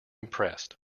impressed